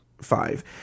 five